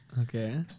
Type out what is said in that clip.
okay